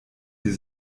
die